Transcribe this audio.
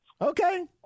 Okay